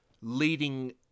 leading